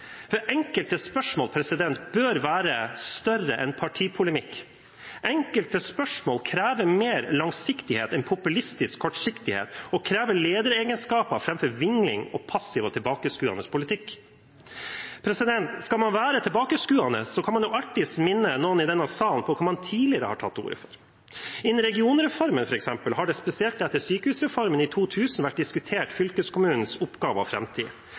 For enkelte spørsmål bør være større enn partipolemikk. Enkelte spørsmål krever mer langsiktighet enn populistisk kortsiktighet, og lederegenskaper framfor vingling og passiv og tilbakeskuende politikk. Skal man være tilbakeskuende, kan man jo alltids minne noen i denne salen på hva man tidligere har tatt til orde for. Innen regionreformen, f.eks., har – spesielt etter sykehusreformen i 2000 –fylkeskommunens oppgaver og framtid vært diskutert.